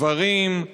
גברים,